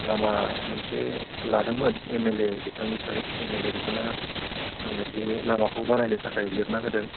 लामा मोनसे लादोंमोन एम एल ए बिथांनिफ्राय एम एल ए बिथाङा आंनो बे लामाखौ बानायनो थाखाय लिरना होदों